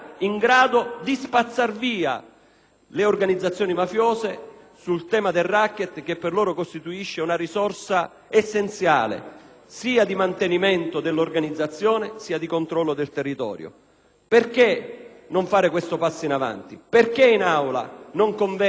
le organizzazioni mafiose sul tema del racket, che per loro costituisce un risorsa essenziale sia di mantenimento dell'organizzazione sia di controllo del territorio? Perché non fare questo passo in avanti? Perché in Aula non convergere su questo tema?